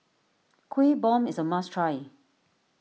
Kuih Bom is a must try